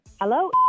Hello